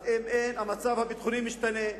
אז אם המצב הביטחוני משתנה,